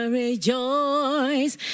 rejoice